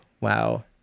Wow